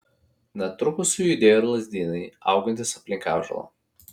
netrukus sujudėjo ir lazdynai augantys aplinkui ąžuolą